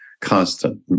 constant